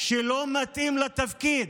שלא מתאים לתפקיד.